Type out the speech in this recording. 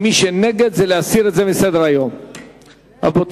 טוב, אם השר מצביע